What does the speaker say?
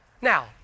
Now